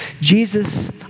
Jesus